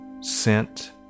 sent